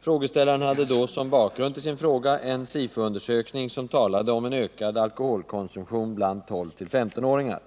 Frågeställaren hade då som bakgrund till sin fråga en SIFO-undersökning som talade om ökad alkoholkonsumtion bland 12-15 åringar.